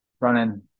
running